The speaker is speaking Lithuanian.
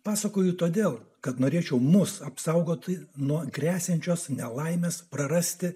pasakoju todėl kad norėčiau mus apsaugoti nuo gresiančios nelaimės prarasti